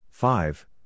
Five